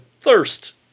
thirst